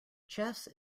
chess